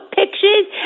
pictures